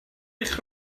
eich